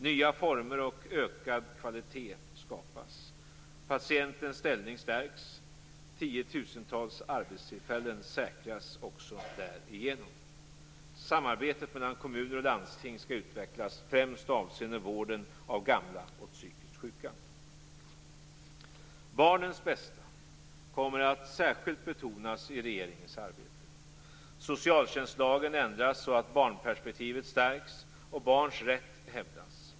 Nya former och ökad kvalitet skapas. Patientens ställning stärks. Tiotusentals arbetstillfällen säkras också därigenom. Samarbetet mellan kommuner och landsting skall utvecklas, främst avseende vården av gamla och psykiskt sjuka. Barnens bästa kommer att särskilt betonas i regeringens arbete. Socialtjänstlagen ändras så att barnperspektivet stärks och barns rätt hävdas.